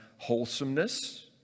wholesomeness